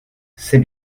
c’est